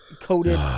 coated